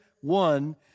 one